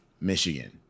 Michigan